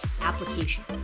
application